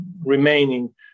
remaining